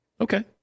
Okay